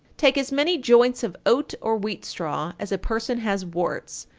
take as many joints of oat or wheat straw as a person has warts,